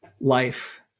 life